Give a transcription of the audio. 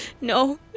No